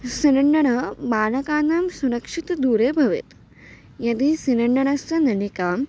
सिलिण्डडा बालकेभ्यः सुरक्षितदूरे भवेत् यदि सिलिण्डरस्य नलिकां